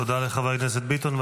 תודה לחבר הכנסת ביטון.